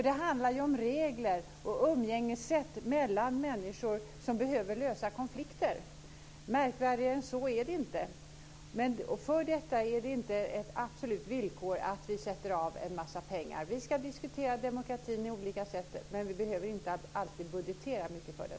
Det handlar om regler och om umgängessätt mellan människor som behöver lösa konflikter; märkvärdigare än så är det inte. Men för den skull är det inte ett absolut villkor att vi sätter av en massa pengar. Vi ska diskutera demokratin på olika sätt, men vi behöver inte alltid budgetera mycket för den.